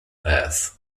earth